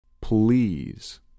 please